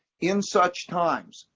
in such times,